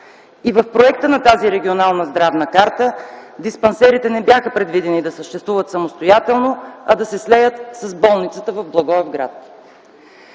В проекта на тази регионална здравна карта диспансерите не бяха предвидени да съществуват самостоятелно, а да се слеят с болницата в Благоевград.